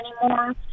anymore